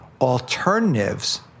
alternatives